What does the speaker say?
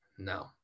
No